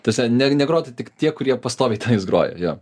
ta prasme ne negrotų tik tie kurie pastoviai tai juos groja jo